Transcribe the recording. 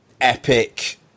epic